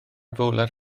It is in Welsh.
fowler